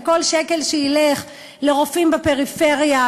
על כל שקל שילך לרופאים בפריפריה,